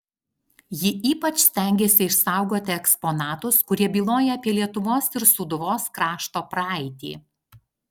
ji ypač stengėsi išsaugoti eksponatus kurie byloja apie lietuvos ir sūduvos krašto praeitį